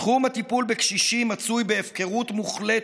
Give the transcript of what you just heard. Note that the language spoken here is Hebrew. תחום הטיפול בקשישים נמצא בהפקרות מוחלטת.